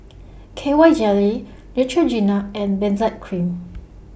K Y Jelly Neutrogena and Benzac Cream